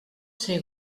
ser